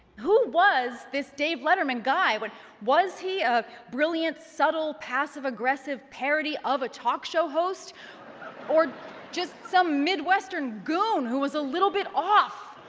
who was this dave letterman guy? but was he a brilliant, subtle, passive-aggressive parody of a talk show host or just some midwestern goon who was a little bit off?